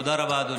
תודה רבה, אדוני.